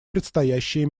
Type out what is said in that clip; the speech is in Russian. предстоящие